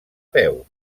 peu